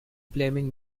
blaming